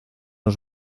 los